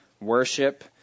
worship